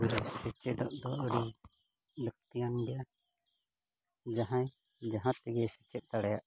ᱥᱮᱪᱮᱫᱚᱜ ᱫᱚ ᱟᱹᱰᱤ ᱞᱟᱹᱠᱛᱤᱭᱟᱱ ᱜᱮᱭᱟ ᱡᱟᱦᱟᱸᱭ ᱡᱟᱦᱟᱸ ᱛᱮᱜᱮ ᱥᱮᱪᱮᱫ ᱫᱟᱲᱮᱭᱟᱜ